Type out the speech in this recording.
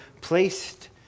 placed